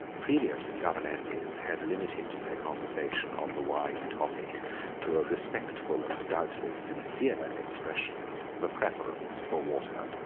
previous governesses had limited their conversation on the wine topic to a respectful and doubtless sincere expression of a preference for water.